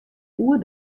oer